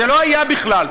זה לא היה בכלל.